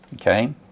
Okay